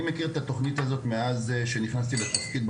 אני מכיר את התוכנית הזאת מאז היום שבו נכנסתי לתפקיד,